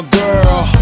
girl